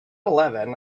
eleven